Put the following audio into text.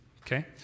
Okay